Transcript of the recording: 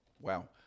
Wow